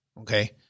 Okay